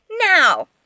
now